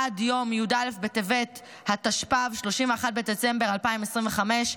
עד יום י"א בטבת ה'תשפ"ב (31 בדצמבר 2025),